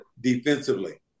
defensively